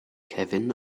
kevin